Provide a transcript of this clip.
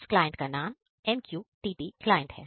उस क्लाइंट का नाम MQTT क्लाइंट है